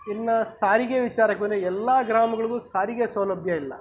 ಇನ್ನು ಸಾರಿಗೆ ವಿಚಾರಕ್ಕೆ ಬಂದರೆ ಎಲ್ಲ ಗ್ರಾಮಗಳ್ಗು ಸಾರಿಗೆ ಸೌಲಭ್ಯಯಿಲ್ಲ